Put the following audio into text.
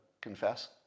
confess